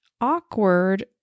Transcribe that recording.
awkward